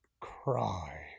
cry